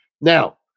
Now